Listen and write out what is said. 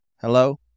Hello